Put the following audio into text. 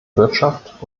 wirtschaft